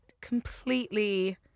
completely